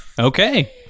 Okay